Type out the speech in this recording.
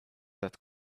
that